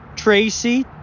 Tracy